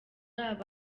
aba